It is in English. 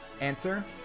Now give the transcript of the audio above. Answer